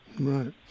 right